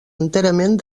enterament